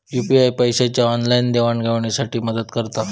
UPI पैशाच्या online देवाणघेवाणी साठी मदत करता